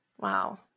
Wow